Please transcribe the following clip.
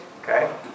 okay